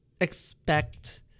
expect